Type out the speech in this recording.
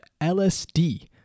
LSD